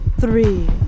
three